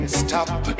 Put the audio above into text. stop